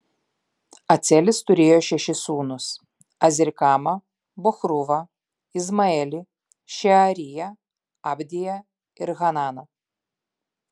acelis turėjo šešis sūnus azrikamą bochruvą izmaelį šeariją abdiją ir hananą